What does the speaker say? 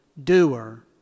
doer